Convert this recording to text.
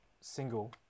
single